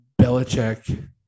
Belichick